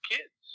Kids